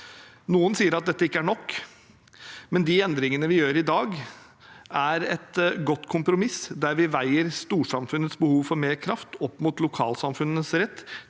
Noen sier at dette ikke er nok, men de endringene vi gjør i dag, er et godt kompromiss, der vi veier storsamfunnets behov for mer kraft opp mot lokalsamfunnets rett